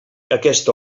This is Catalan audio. aquesta